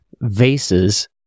vases